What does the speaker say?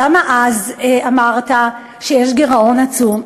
למה אז אמרת שיש גירעון עצום?